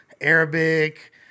Arabic